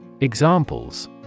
Examples